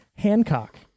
Hancock